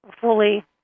fully